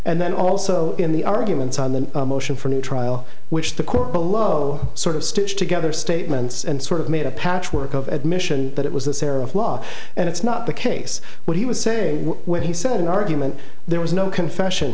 and then also in the arguments on the motion for new trial which the court below sort of stitched together statements and sort of made a patchwork of admission that it was this era of law and it's not the case what he was saying what he said in argument there was no confession